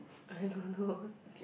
I don't know